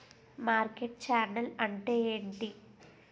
Market channel అంటే ఏంటి?